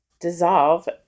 dissolve